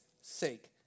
sake